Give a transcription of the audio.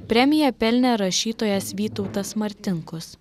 premiją pelnė rašytojas vytautas martinkus